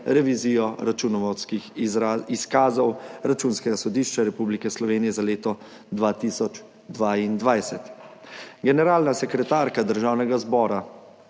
revizijo računovodskih izkazov Računskega sodišča Republike Slovenije za leto 2022. Generalna sekretarka Državnega zbora